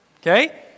Okay